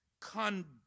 conduct